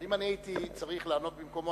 אבל אם אני הייתי צריך לענות במקומו,